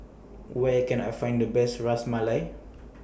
Where Can I Find The Best Ras Malai